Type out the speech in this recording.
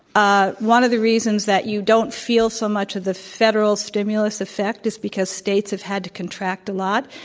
ah one of the reasons that you don't feel so much of the federal stimulus effect is because states have had to contract a lot.